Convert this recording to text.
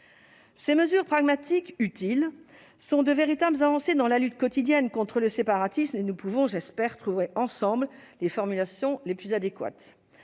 Ces mesures pragmatiques, utiles, sont de véritables avancées dans la lutte quotidienne contre le séparatisme. J'espère que nous pourrons trouver ensemble les formulations les plus adéquates.